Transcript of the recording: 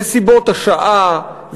נסיבות השעה,